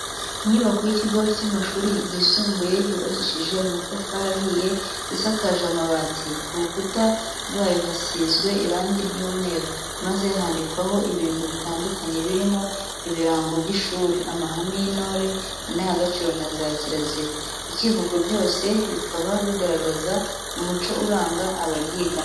Inyubako y'ikigo cy'amashuri yisumbuye yubakishije amatafari ahiye, isakaje amabati, ku rukuta rwayo hasizwe irangi ry'umweru, maze handikwaho ibintu bitandukanye birimo ibirango by'ishuri, amahame y'intore, indangagaciro na za kirazira, icyivugo byose bikaba bigaragaza umuco uranga abaryigamo.